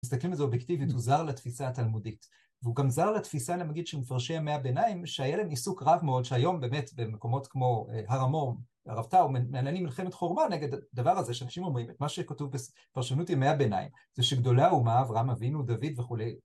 מסתכלים על זה אובייקטיבית, הוא זר לתפיסה התלמודית. והוא גם זר לתפיסה, נגיד, של מפרשי ימי הביניים, שהיה להם עיסוק רב מאוד, שהיום באמת, במקומות כמו הר המור, הרב טאו, מנהלים מלחמת חורמה נגד הדבר הזה, שאנשים אומרים, את מה שכתוב בפרשנות ימי הביניים, זה שגדולי האומה, אברהם אבינו, דוד וכולי,